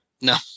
No